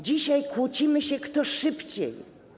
Dzisiaj kłócimy się, kto szybciej.